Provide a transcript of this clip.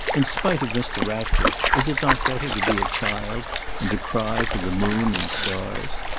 in spite of mr. ratcliffe, is it not better to be a child and to cry for the moon and stars?